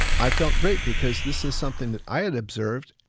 i felt great, because this is something that i had observed,